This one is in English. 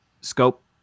scope